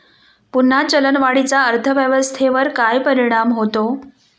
पुन्हा चलनवाढीचा अर्थव्यवस्थेवर काय परिणाम होतो